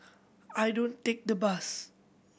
I don't take the bus